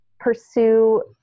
pursue